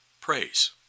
praise